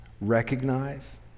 recognize